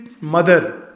mother